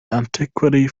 antiquity